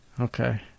Okay